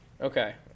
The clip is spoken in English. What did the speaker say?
Okay